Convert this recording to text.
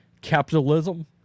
capitalism